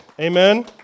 Amen